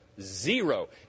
Zero